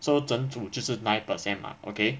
so 整组就是 nine percent mah okay